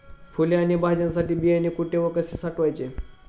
फुले आणि भाज्यांसाठी बियाणे कुठे व कसे साठवायचे?